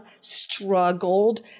struggled